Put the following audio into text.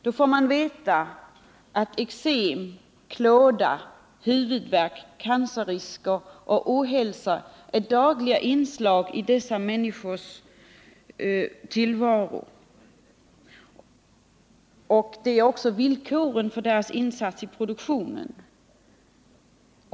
Man får då veta att exem, klåda, huvudvärk, cancerrisker och ohälsa är dagliga inslag i dessa människors tillvaro, och det är också villkoren för deras insats i produktionen.